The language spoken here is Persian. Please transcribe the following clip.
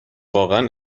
واقعا